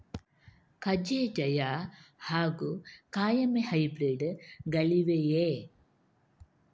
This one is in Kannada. ಕಜೆ ಜಯ ಹಾಗೂ ಕಾಯಮೆ ಹೈಬ್ರಿಡ್ ಗಳಿವೆಯೇ?